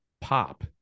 pop